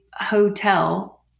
hotel